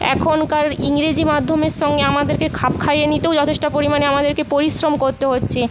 এখনকার ইংরেজি মাধ্যমের সঙ্গে আমাদেরকে খাপ খাইয়ে নিতেও যথেষ্ট পরিমাণে আমাদেরকে পরিশ্রম করতে হচ্ছে